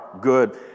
good